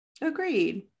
Agreed